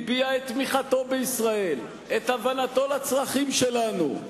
הביע את תמיכתו בישראל, את הבנתו לצרכים שלנו.